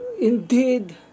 indeed